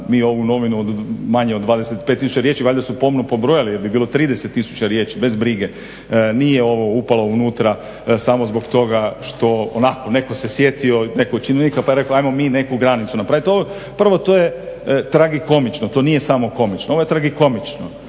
mi ovu novinu manje od 25 tisuća riječi, valjda su pomno pobrojali jer bi bilo 30 tisuća riječi. Bez brige, nije ovo upalo unutra samo zbog toga što onako netko se sjetio, netko je rekao ajmo mi neku granicu napraviti. Prvo, to je tragikomično to nije samo komično ovo je tragikomično.